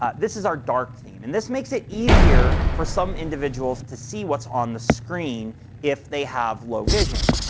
ah this is our dark theme, and this makes it easier for some individuals to see what's on the screen if they have low vision.